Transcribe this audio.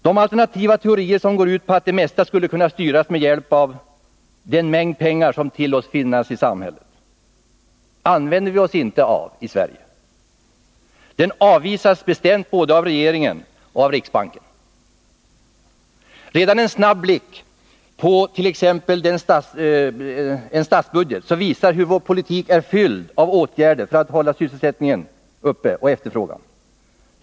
De alternativa teorier som går ut på att det mesta skall kunna styras med hjälp av den mängd pengar som tillåts i samhället använder vi oss inte av i Sverige. De avvisas bestämt, både av regeringen och av riksbanken. Redan en snabb blick på tt.ex. statsbudgeten visar hur vår politik är fylld av åtgärder för att hålla sysselsättningen och efterfrågan uppe.